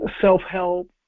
self-help